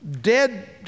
dead